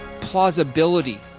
plausibility